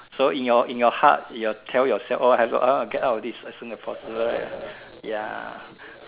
so in your in your heart your tell yourself oh hello get out of this as soon as possible ya